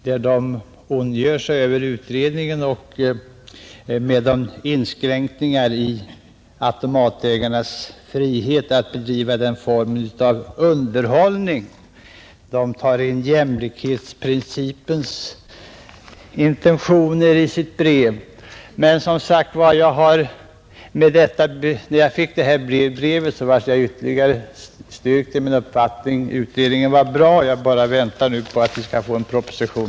Förbundet ondgör sig över utredningen och inskränkningarna i automatägarnas frihet att bedriva denna form av ”underhållning”, och de för in jämlikhetsprincipen i resonemanget. Detta brev har som sagt styrkt mig i min uppfattning att utredningen var bra, och jag väntar nu bara på att vi skall få en proposition.